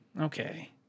okay